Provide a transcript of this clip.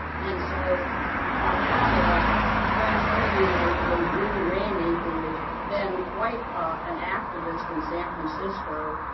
and so i had a friend some of you may know dru ramey who was then quite an activist in san francisco.